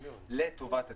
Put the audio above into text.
לטובת הציבור.